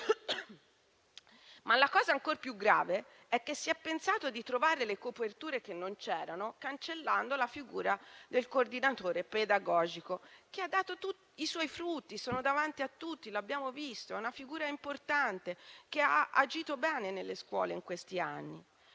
La cosa ancor più grave è che si è pensato di trovare le coperture che non c'erano, cancellando la figura del coordinatore pedagogico, i cui frutti sono davanti a tutti, come abbiamo visto. È una figura importante che ha agito bene nelle scuole in questi anni.